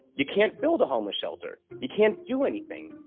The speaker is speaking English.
you can't build a homeless shelter, you can't do anything,